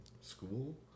School